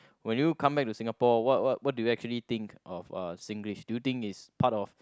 when you come back to Singapore what what what do you actually think of uh Singlish do you think is part of